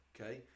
okay